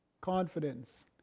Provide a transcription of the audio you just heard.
confidence